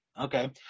Okay